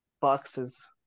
boxes